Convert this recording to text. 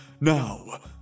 Now